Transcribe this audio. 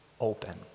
open